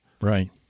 Right